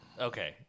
okay